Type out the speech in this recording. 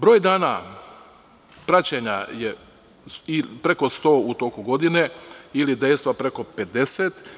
Broj dana praćenja je preko 100 u toku godine ili dejstva preko 50.